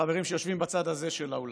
החברים שיושבים בצד הזה של האולם.